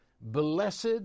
blessed